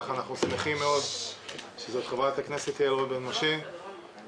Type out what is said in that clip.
אנחנו שמחים מאוד להמליץ על חברת הכנסת רון בן משה שבאמת